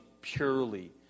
purely